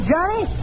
Johnny